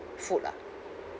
food lah